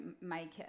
make